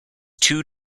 two